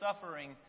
suffering